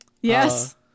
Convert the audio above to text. Yes